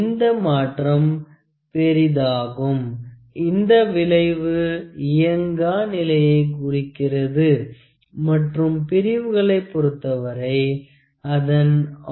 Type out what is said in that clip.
இந்த மாற்றம் பெரிதாகும் இந்த விளைவு இயங்கா நிலையை குறிக்கிறது மற்றும் பிரிவுகளை பொருத்தவரை அதன் ஆர்டர் 0